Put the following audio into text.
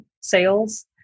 sales